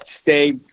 stay